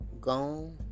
Gone